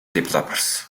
developers